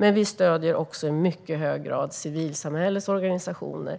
Men vi stöder också i mycket hög grad civilsamhällets organisationer,